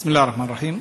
בסם אללה א-רחמאן א-רחים.